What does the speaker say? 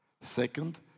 Second